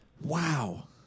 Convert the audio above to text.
Wow